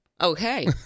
Okay